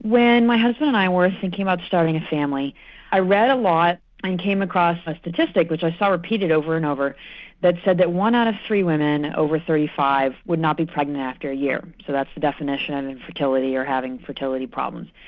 when my husband and i were thinking about starting a family i read a lot and came across a statistic which i saw repeated over and over that said that one out of three women over thirty five would not be pregnant after a year, so that's the definition of infertility or having fertility problems.